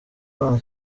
abana